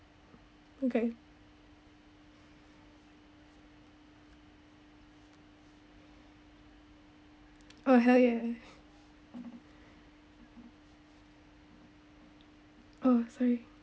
okay oh hell yeah oh sorry